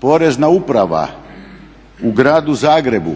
Porezna uprava u Gradu Zagrebu